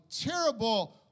terrible